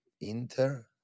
Inter